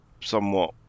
somewhat